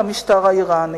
למשטר האירני.